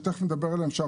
שנדבר עליהן בהמשך,